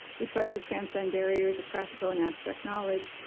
we tried to transcend barriers of practical and abstract knowledge.